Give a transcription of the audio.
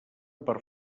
per